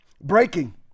breaking